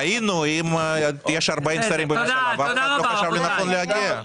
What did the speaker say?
תודה רבה רבותיי.